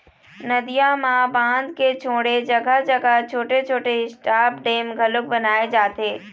नदियां म बांध के छोड़े जघा जघा छोटे छोटे स्टॉप डेम घलोक बनाए जाथे